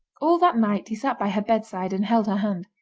all that night he sat by her bedside and held her hand.